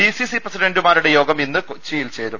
DCC പ്രസിഡന്റുമാരുടെ യോഗം ഇന്ന് കൊച്ചിയിൽ ചേരും